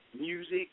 music